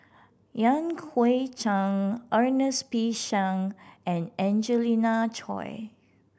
Yan Hui Chang Ernest P Shank and Angelina Choy